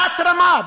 תת-רמה,